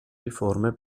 riforme